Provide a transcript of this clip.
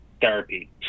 therapy